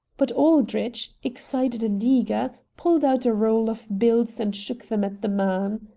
but aldrich, excited and eager, pulled out a roll of bills and shook them at the man.